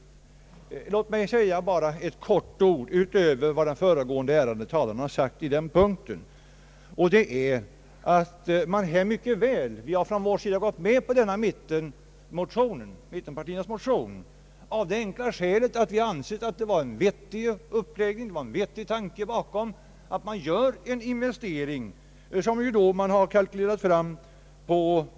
Låt mig, herr talman, bara säga ett par ord utöver vad den föregående talaren redan anfört på denna punkt. Vi har varit med om mittenpartiernas motion av det enkla skälet att vi ansett det vara en vettig investering att här göra den föreslagna anslagshöjningen.